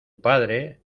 padre